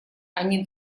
они